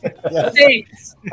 Thanks